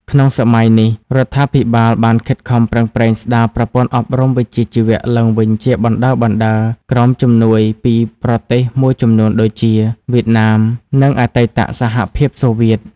ក្នុងសម័យនេះ រដ្ឋាភិបាលបានខិតខំប្រឹងប្រែងស្តារប្រព័ន្ធអប់រំវិជ្ជាជីវៈឡើងវិញជាបណ្តើរៗ ក្រោមជំនួយពីប្រទេសមួយចំនួនដូចជា វៀតណាម និងអតីតសហភាពសូវៀត។